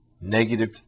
negative